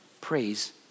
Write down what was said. praise